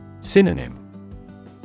Synonym